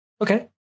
Okay